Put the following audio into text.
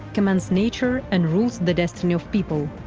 commands nature and rules the destinies of people.